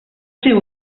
ser